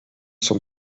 son